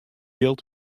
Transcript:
jild